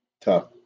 Tough